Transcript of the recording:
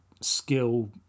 skill